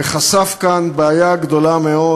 וחשף כאן בעיה גדולה מאוד